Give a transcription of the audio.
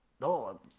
No